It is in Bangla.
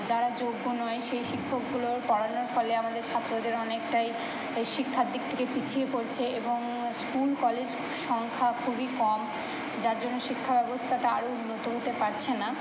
যারা যোগ্য নয় সেই শিক্ষকগুলোর পড়ানোর ফলে আমাদের ছাত্রদের অনেকটাই তাই শিক্ষার দিক থেকে পিছিয়ে পড়ছে এবং স্কুল কলেজ সংখ্যা খুবই কম যার জন্য শিক্ষাব্যবস্থাটা আরোই উন্নত হতে পারছে না